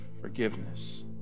forgiveness